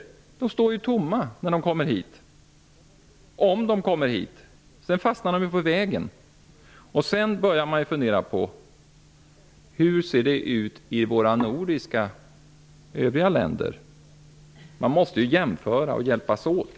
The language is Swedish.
Dessa människor står tomhänta när de kommer hit -- om de kommer hit; de kan fastna på vägen. Man funderar också hur det ser ut i de övriga nordiska länderna. Man måste jämföra förhållandena och hjälpas åt.